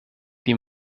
die